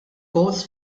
gowls